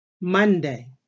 Monday